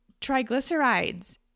triglycerides